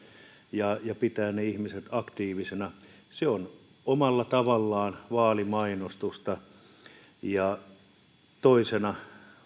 ja ja pitää ne ihmiset aktiivisena se on omalla tavallaan vaalimainostusta toisena